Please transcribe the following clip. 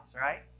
right